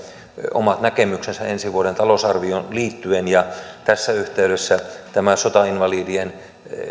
omat näkemyksensä ensi vuoden talousarvioon liittyen ja tässä yhteydessä tämä sotainvalidien